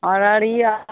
Araria